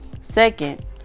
Second